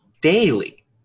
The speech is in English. daily